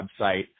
website